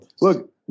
Look